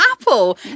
apple